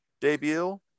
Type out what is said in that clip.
debut